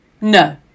no